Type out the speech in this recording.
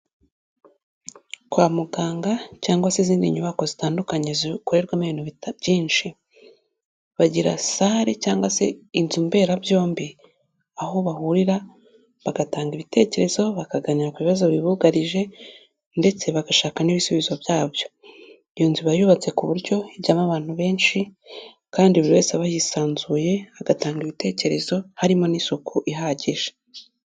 Kwa muganga cyangwa se izindi nyubako zitandukanye zikorerwamo ibintu byinshi, bagira sale cyangwa se inzu mberabyombi aho bahurira bagatanga ibitekerezo bakaganira ku bibazo bibugarije ndetse bagashaka n'ibisubizo byabyo, iyo nzu iba yubatse ku buryo ijyamo abantu benshi kandi buri wese aba yisanzuye, agatanga ibitekerezo harimo n'isuku ihagije.